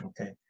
Okay